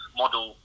model